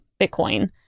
Bitcoin